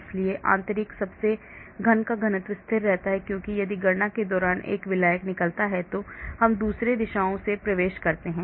इसलिए आंतरिक सबसे घन का घनत्व स्थिर रहता है क्योंकि यदि गणना के दौरान एक विलायक निकलता है तो हम दूसरे दिशाओं से प्रवेश करते हैं